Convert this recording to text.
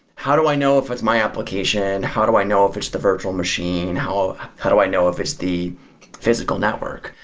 how do i know if it's my application. and how do i know if it's the virtual machine? how how do i know if it's the physical network?